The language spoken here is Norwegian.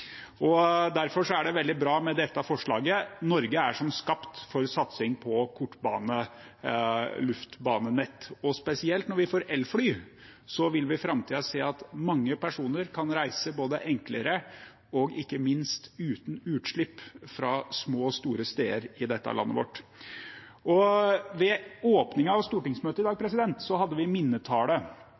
Derfor er dette forslaget veldig bra. Norge er som skapt for satsing på kortbane-, luftbanenett, og spesielt når vi får elfly, vil vi i framtiden se at mange personer kan reise både enklere og ikke minst uten utslipp fra små og store steder i dette landet vårt. Ved åpningen av stortingsmøtet i dag hadde vi minnetale